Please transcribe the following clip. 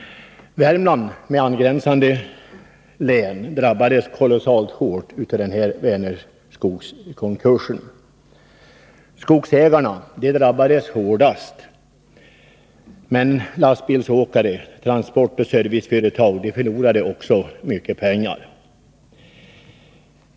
Värmland, och angränsande län, har drabbats mycket hårt av Vänerskogskonkursen. Skogsägarna drabbades hårdast, men lastbilsåkare samt transportoch serviceföretag förlorade också mycket pengar.